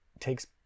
Takes